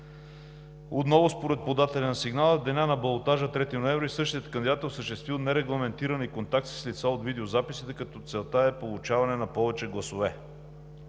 Искър. Според подателя на сигнала в деня на балотажа – 3 ноември, същият кандидат е осъществил нерегламентирани контакти с лица от видеозаписите, като целта е получаване на повече гласове.